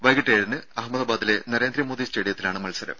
വൈകിട്ട് ഏഴിന് അഹമദാബാദിലെ നരേന്ദ്രമോദി സ്റ്റേഡിയത്തിലാണ് മത്സരം